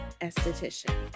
Esthetician